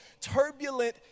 turbulent